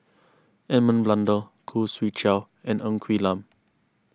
Edmund Blundell Khoo Swee Chiow and Ng Quee Lam